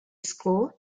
school